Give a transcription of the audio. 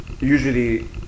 usually